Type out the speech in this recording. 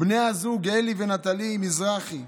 בני הזוג אלי ונטלי מזרחי,